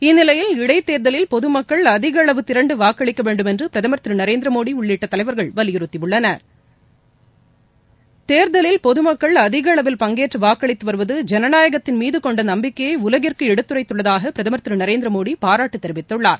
இந்நிலையில் இடைத்தேர்தலில் பொதுமக்கள் அதிக அளவு திரண்டு வாக்களிக்க வேண்டும் என்று பிரதமர் திரு நரேந்திரமோடி உள்ளிட்ட தலைவர்கள் வலியுறுத்தியுள்ளனர் தேர்தலில் பொதுமக்கள் அழிக அளவில் பங்கேற்று வாக்களித்து வருவது ஜனநாயகத்தின் மீது கொண்ட நம்பிக்கையை உலகிற்கு எடுத்துரைத்துள்ளதாக பிரதமர் திரு நரேந்திரமோடி பாராட்டு தெரிவித்துள்ளார்